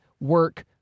work